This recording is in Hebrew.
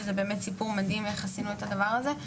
שזה באמת סיפור מדהים איך עשינו את הדבר הזה.